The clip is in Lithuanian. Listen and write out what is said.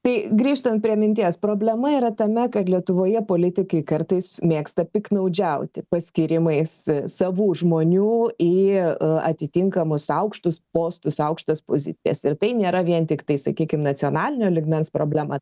tai grįžtant prie minties problema yra tame kad lietuvoje politikai kartais mėgsta piktnaudžiauti paskyrimais savų žmonių į atitinkamus aukštus postus aukštas pozicijas ir tai nėra vien tiktai sakykim nacionalinio lygmens problema